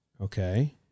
Okay